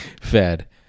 fed